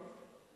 תשובה.